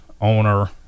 owner